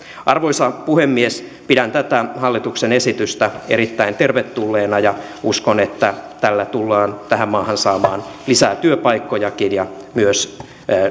arvoisa puhemies pidän tätä hallituksen esitystä erittäin tervetulleena ja uskon että tällä tullaan tähän maahan saamaan lisää työpaikkojakin ja myös